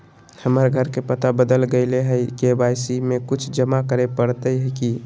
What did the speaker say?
हमर घर के पता बदल गेलई हई, के.वाई.सी में कुछ जमा करे पड़तई की?